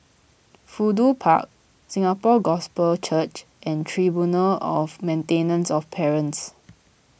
Fudu Park Singapore Gospel Church and Tribunal of Maintenance of Parents